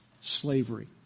slavery